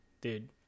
dude